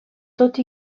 tot